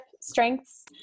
strengths